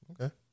Okay